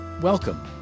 welcome